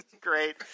Great